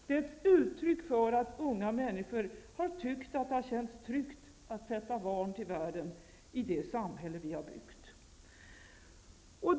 Det är ett uttryck för att unga människor har tyckt att det har känts tryggt att sätta barn till världen i det samhälle som vi har byggt.